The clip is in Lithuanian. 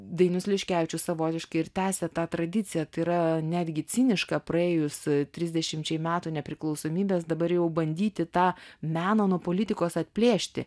dainius liškevičius savotiškai ir tęsia tą tradiciją tai yra netgi cinišką praėjus trisdešimčiai metų nepriklausomybės dabar jau bandyti tą meną nuo politikos atplėšti